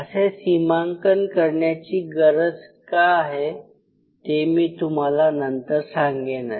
असे सीमांकन करण्याची गरज का आहे ते मी तुम्हाला नंतर सांगेनच